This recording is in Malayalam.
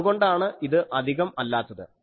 അതുകൊണ്ടാണ് ഇത് അധികം അല്ലാത്തത്